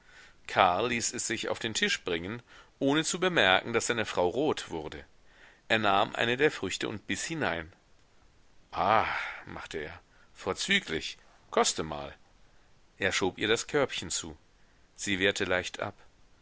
karl ließ es sich auf den tisch bringen ohne zu bemerken daß seine frau rot wurde er nahm eine der früchte und biß hinein ah machte er vorzüglich koste mal er schob ihr das körbchen zu sie wehrte leicht ab